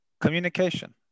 communication